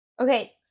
okay